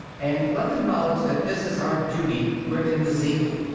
and let the knowledge that this is our duty quicken the zeal,